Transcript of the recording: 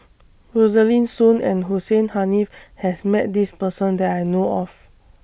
Rosaline Soon and Hussein Haniff has Met This Person that I know of